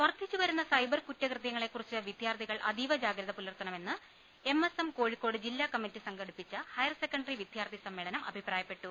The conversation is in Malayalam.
വർദ്ധിച്ചു വരുന്ന സൈബർ കുറ്റകൃത്യങ്ങളെ കുറിച്ച് വിദ്യാർത്ഥികൾ അതീവ ജാഗ്രത പുലർത്തണമെന്ന് എംഎസ്എം കോഴിക്കോട് ജില്ലാ കമ്മറ്റി സംഘടിപ്പിച്ച ഹയർ സെക്കന്ററി വിദ്യാർത്ഥി സമ്മേളനം അഭിപ്രായപ്പെട്ടു